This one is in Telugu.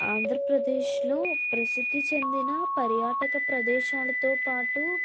ఆంధ్రప్రదేశ్లో ప్రసిద్ధి చెందిన పర్యాటక ప్రదేశాలతో పాటు